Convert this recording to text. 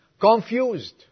confused